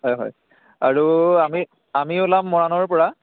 হয় হয় আৰু আমি আমি ওলাম মৰাণৰ পৰা